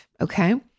Okay